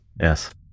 Yes